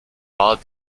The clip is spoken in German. war